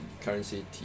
currency